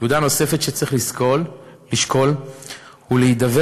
נקודה נוספת שצריך לשקול היא להידבר